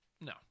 No